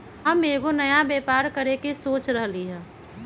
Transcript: हम एगो नया व्यापर करके सोच रहलि ह